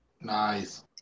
Nice